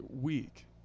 week